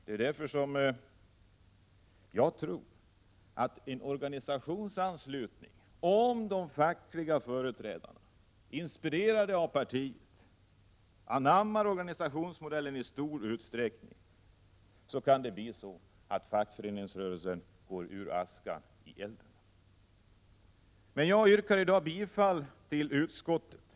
Det är därför jag tror att en organisationsanslutning kan innebära — om de fackliga företrädarna inspirerade av partiet anammar organisationsmodellen i stor utsträckning — att fackföreningsrörelsen hamnar ur askan i elden. Men jag yrkar i dag bifall till utskottets hemställan, eftersom den Prot.